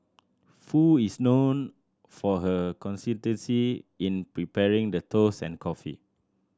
Foo is known for her consistency in preparing the toast and coffee